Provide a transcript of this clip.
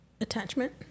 attachment